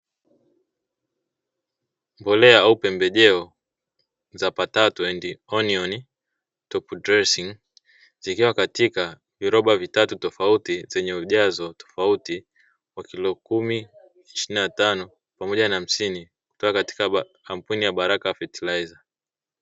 Mbolea au pembejeo za "potato and Onion top-dressing", zikiwa katika viroba vitatu tofauti, zenye ujazo tofauti wa kilo kumi, ishirini na tano, pamoja na hamsini; kutoka katika kampuni ya "Baraka fertilizer".